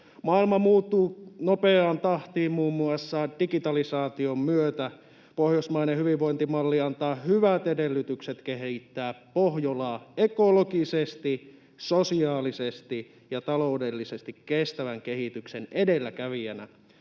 Maailma muuttuu nopeaan tahtiin muun muassa digitalisaation myötä. Pohjoismainen hyvinvointimalli antaa hyvät edellytykset kehittää Pohjolaa ekologisesti, sosiaalisesti ja taloudellisesti kestävän kehityksen edelläkävijänä.